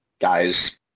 Guys